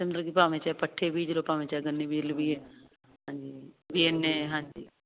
ਤੂੰ ਦੇਖਿ ਚਲ ਗੀ ਭਾਵੇਂ ਚ ਪੱਠੇ ਬੀਜ ਲਓ ਭਾਵੇਂ ਚਾਦਰ ਨੀ ਬੀਜ ਲ ਵੀ ਇਨੇ ਹਾਂਜੀ